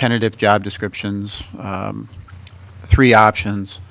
tentative job descriptions three options